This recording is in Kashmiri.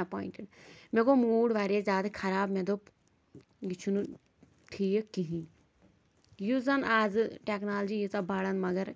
اٮ۪پیونٹِڈ مےٚ گوٚو موٗڈ واریاہ زیادٕ خراب مےٚ دوٚپ یہِ چھُنہٕ ٹھیٖک کِہیٖنۍ یُس زَنہٕ آزٕ ٹیکنالجی ییٖژاہ بَران مگر